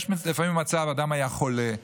לפעמים יש מצב שאדם היה חולה,